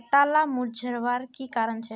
पत्ताला मुरझ्वार की कारण छे?